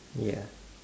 ya